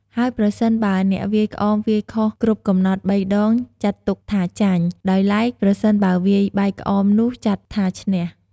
ហើយប្រសិនបើអ្នកវាយក្អមវាយខុសគ្រប់កំណត់បីដងចាត់ទុកថាចាញ់ ដោយឡែកប្រសិនបើវាយបែកក្អមនោះចាត់ថាឈ្នះ។